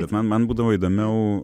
bet man man būdavo įdomiau